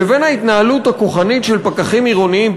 לבין ההתנהלות הכוחנית של פקחים עירוניים,